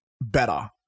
better